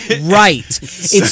Right